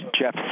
Jeff